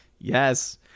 Yes